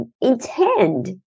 intend